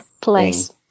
place